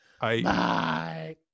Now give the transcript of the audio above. bye